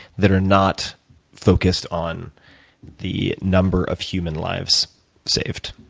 that are not focused on the number of human lives saved?